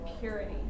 purity